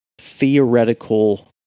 theoretical